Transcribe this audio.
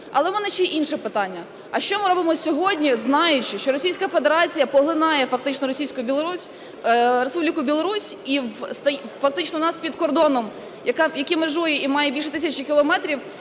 Але у мене ще інше питання. А що ми робимо сьогодні, знаючи, що Російська Федерація поглинає фактично Республіку Білорусь і фактично у нас під кордоном, яка межує і має більше тисячі кілометрів,